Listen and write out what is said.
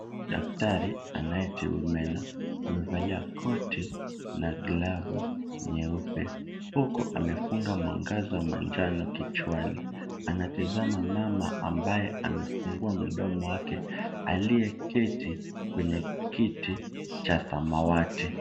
Daktari anayetibu meno amevalia koti na glavu nyeupe, huku amefunga mwangaza manjano kichwani. Anatazama mama ambaye amefungua mdomo wake, aliyeketi kwenye kiti cha samawati.